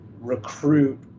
recruit